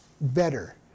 better